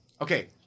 Okay